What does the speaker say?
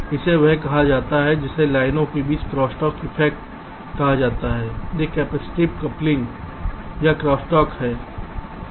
इसे वह कहा जाता है जिसे लाइनों के बीच क्रॉस टॉक इफ़ेक्ट कहा जाता है यह कैपेसिटिव कपलिंग या क्रॉसस्टॉक है